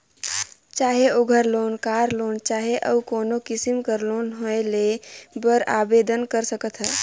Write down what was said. चाहे ओघर loan, car loan चहे अउ कोनो किसिम कर लोन होए लेय बर आबेदन कर सकत ह